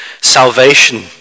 salvation